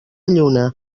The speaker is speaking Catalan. lluna